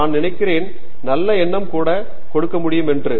நான் நினைக்கிறேன் நல்ல எண்ணம் கூட கொடுக்க முடியும் என்று